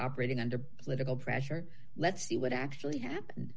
operating under political pressure let's see what actually happened